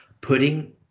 putting